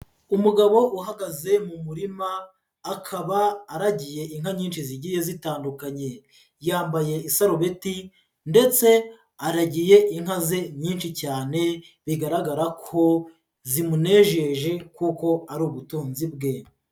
Umugabo uhagaze mu murima, akaba aragiye inka nyinshi zigiye zitandukanye, yambaye isarolubeti ndetse aragiye inka ze nyinshi cyane bigaragara ko zimunejeje kuko ari ubutunzi bwe.